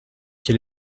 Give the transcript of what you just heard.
quel